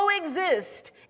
coexist